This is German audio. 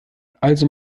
also